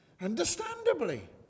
understandably